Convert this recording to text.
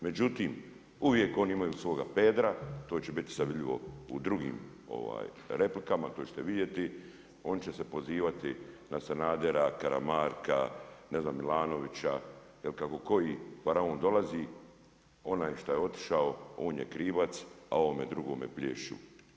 Međutim, uvijek oni imaju svoga Pedra, to će biti sada vidljivo u drugim replikama, a to ćete vidjeti, oni će se pozivati na Sanadera, Karamarka, ne znam Milanovića, jer kako koji faraon dolazi onaj što je otišao on je krivac a ovome drugome plješću.